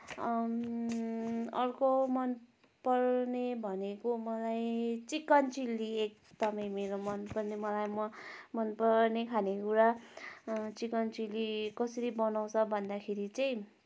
अर्को मनपर्ने भनेको मलाई चिकन चिल्ली एकदमै मेरो मनपर्ने मलाई मनपर्ने खानेकुरा चिकन चिल्ली कसरी बनाउँछन् भन्दाखेरि चाहिँ